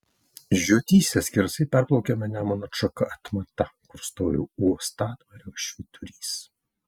žiotyse skersai perplaukiama nemuno atšaka atmata kur stovi uostadvario švyturys